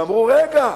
ואמרו: רגע,